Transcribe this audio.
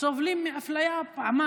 סובלים פעמיים מאפליה.